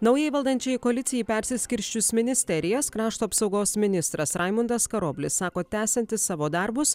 naujai valdančiajai koalicijai persiskirsčius ministerijas krašto apsaugos ministras raimundas karoblis sako tęsiantis savo darbus